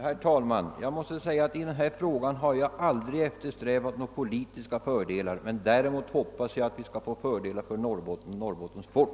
Herr talman! I denna fråga har jag aldrig eftersträvat några politiska fördelar. Däremot hoppas jag att vi skall kunna åstadkomma fördelar för Norrbotten och Norrbottens folk.